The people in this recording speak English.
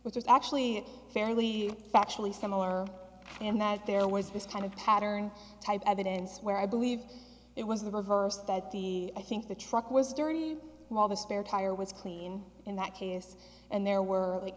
which is actually fairly factually similar in that there was this kind of pattern type evidence where i believe it was the verse that the i think the truck was dirty while the spare tire was clean in that case and there were